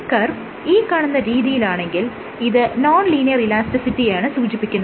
എന്നാൽ കർവ് ഈ കാണുന്ന രീതിയിലാണെങ്കിൽ ഇത് നോൺ ലീനിയർ ഇലാസ്റ്റിസിറ്റിയെയാണ് സൂചിപ്പിക്കുന്നത്